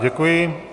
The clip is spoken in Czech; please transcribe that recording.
Děkuji.